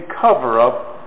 cover-up